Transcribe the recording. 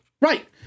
Right